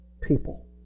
people